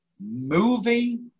movie